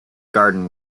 garden